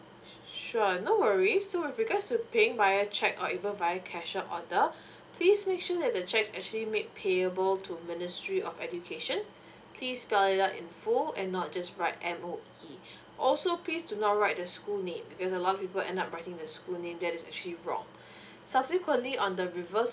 sure no worries so with regards to paying via cheque or even via cashiers order please make sure that the cheques actually made payable to ministry of education please spell it out in full and not just write M_O_E also please do not write the school name because a lot of people end up writing the school name that is actually wrong subsequently on the reverse